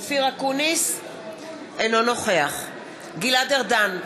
אינו נוכח גלעד ארדן,